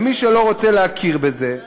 ומי שלא רוצה להכיר בזה,